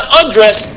undress